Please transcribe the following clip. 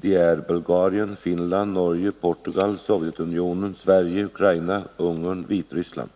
De är Bulgarien, Finland, Norge, Portugal, Sovjetunionen, Sverige, Ukraina, Ungern och Vitryssland.